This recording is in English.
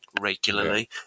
regularly